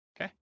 Okay